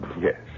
Yes